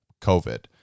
COVID